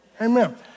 Amen